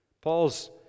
Paul's